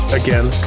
again